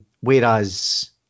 Whereas